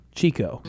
Chico